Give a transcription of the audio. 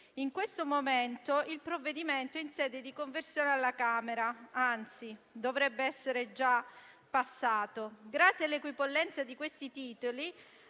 In questo momento il provvedimento è in sede di conversione alla Camera dei deputati (anzi, dovrebbe essere già stato approvato). Grazie all'equipollenza di questi titoli,